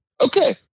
Okay